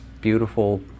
beautiful